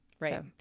Right